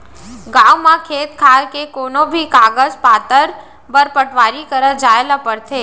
गॉंव म खेत खार के कोनों भी कागज पातर बर पटवारी करा जाए ल परथे